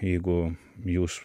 jeigu jūs